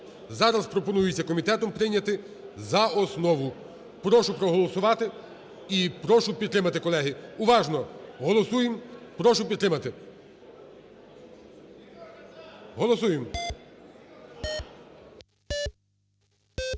Зараз пропонується комітетом прийняти за основу. Прошу голосувати і прошу підтримати, колеги. Уважно голосуємо. прошу підтримати. Голосуємо!